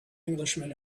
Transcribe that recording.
englishman